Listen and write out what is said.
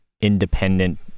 independent